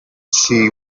she